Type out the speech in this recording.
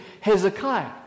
Hezekiah